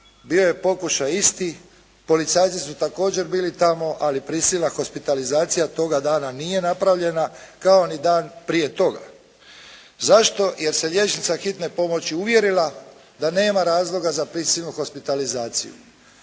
bio je pokušaj isti. Policajci su također bili tamo, ali prisilna hospitalizacija toga dana nije napravljena kao ni dan prije toga. Zašto? Jer se liječnica hitne pomoći uvjerila da nema razloga za prisilnu hospitalizaciju.